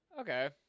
okay